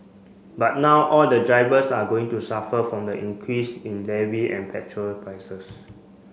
but now all the drivers are going to suffer from the increase in levy and petrol prices